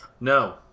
No